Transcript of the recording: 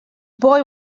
boy